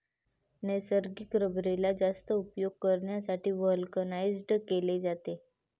नैसर्गिक रबरेला जास्त उपयुक्त करण्यासाठी व्हल्कनाइज्ड केले जाते